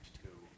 two